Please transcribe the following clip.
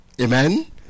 Amen